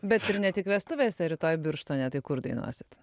bet ir ne tik vestuvėse rytoj birštone tai kur dainuosit